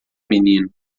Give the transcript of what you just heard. menino